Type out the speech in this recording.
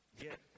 get